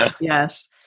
Yes